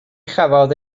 chafodd